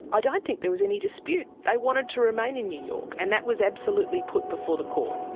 i don't think there was any dispute they wanted to remain in new york, and that was absolutely put before the court.